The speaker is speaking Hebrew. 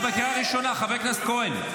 אתה בקריאה ראשונה, חבר הכנסת כהן.